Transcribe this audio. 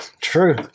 True